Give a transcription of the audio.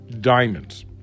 diamonds